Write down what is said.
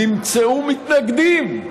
נמצאו מתנגדים,